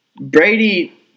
Brady